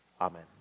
Amen